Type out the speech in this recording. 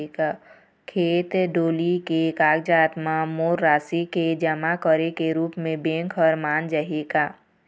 खेत डोली के कागजात म मोर राशि के जमा के रूप म बैंक हर मान जाही का?